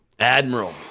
admiral